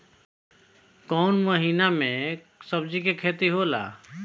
कोउन महीना में सब्जि के खेती होला?